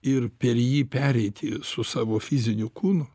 ir per jį pereiti su savo fiziniu kūnu